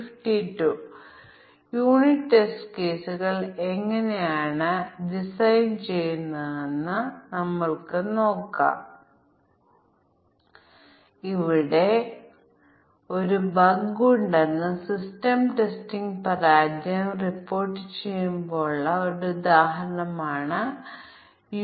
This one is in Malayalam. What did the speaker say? സാധുവായ തുല്യതാ ക്ലാസുകളിൽ നിന്ന് നമുക്ക് ആവശ്യമാണ് ഞങ്ങൾക്ക് യാദൃശ്ചിക വേരുകളുണ്ട് ഞങ്ങൾക്ക് വ്യത്യസ്തവും യഥാർത്ഥവുമായ വേരുകളുണ്ട് ഒപ്പം സാങ്കൽപ്പിക വേരുകളും